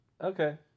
Okay